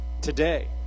today